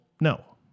no